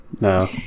No